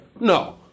No